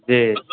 जी